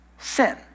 Sin